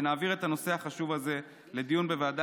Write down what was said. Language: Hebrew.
שנעביר את הנושא החשוב הזה לדיון בוועדה